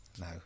No